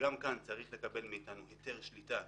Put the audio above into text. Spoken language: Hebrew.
כשגם כאן צריך לקבל מאיתנו היתר שליטה,